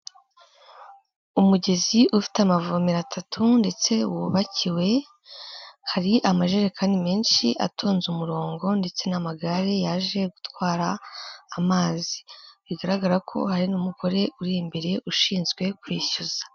Umugezi ufite amavomero atatu ndetse wubakiwe, hari amajerekani menshi atonze umurongo ndetse n'amagare yaje gutwara amazi. Bigaragara ko hari n'umugore uri imbere ushinzwe kwishyuza.